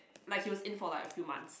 like he was in for a few months